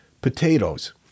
potatoes